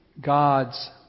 God's